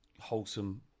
wholesome